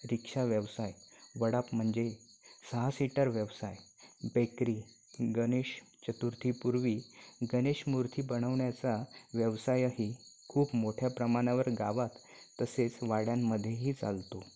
रिक्षा व्यवसाय वडाप म्हणजे सहा सीटर व्यवसाय बेकरी गणेश चतुर्थीपूर्वी गणेशमूर्थी बनवण्याचा व्यवसायही खूप मोठ्या प्रमाणावर गावात तसेच वाड्यांमध्येही चालतो